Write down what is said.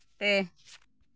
ᱯᱮ